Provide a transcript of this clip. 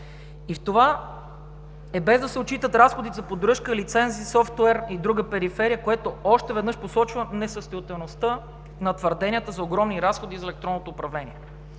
и това е без да се отчитат разходите за поддръжка, лиценз, за софтуер и друга периферия, което още веднъж посочва несъстоятелността на твърденията за огромни разходи за електронното управление.